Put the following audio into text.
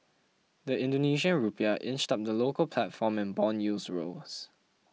the Indonesian Rupiah inched up in the local platform and bond yields rose